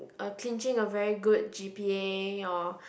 uh clinching a very good G_P_A or